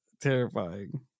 terrifying